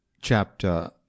Chapter